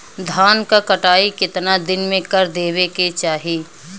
धान क कटाई केतना दिन में कर देवें कि चाही?